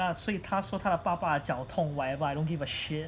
ah 所以他说他的爸爸脚痛 wherever I don't give a shit